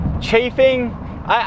chafing